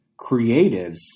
creatives